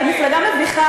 אתם מפלגה מביכה.